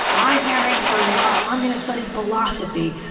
i'm marrying for love. i'm gonna study philosophy.